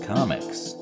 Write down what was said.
Comics